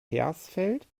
hersfeld